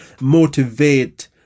motivate